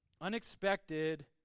Unexpected